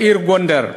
בעיר גונדר.